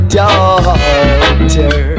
daughter